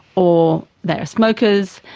or they are smokers,